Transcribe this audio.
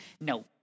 No